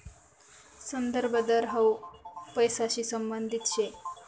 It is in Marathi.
संदर्भ दर हाउ पैसांशी संबंधित शे